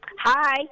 Hi